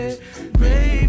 Baby